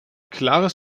klares